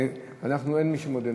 אין מי שמודה?